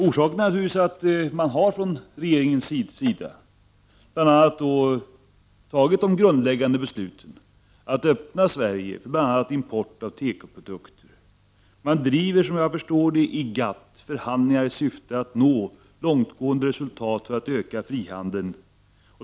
Orsaken är naturligtvis att man från regeringens sida har tagit de grundläggande besluten att öppna Sverige för bl.a. import av tekoprodukter. Som jag förstår det, driver man förhandlingar i GATT i syfte att nå långtgående resultat för att öka frihandeln.